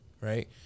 right